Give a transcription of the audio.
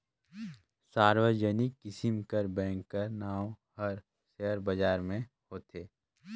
सार्वजनिक किसिम कर बेंक कर नांव हर सेयर बजार में होथे